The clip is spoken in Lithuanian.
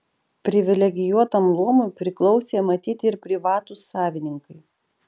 privilegijuotam luomui priklausė matyt ir privatūs savininkai